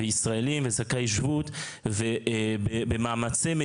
כי יכול להיות שהם